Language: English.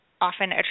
often